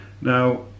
Now